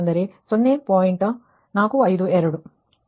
452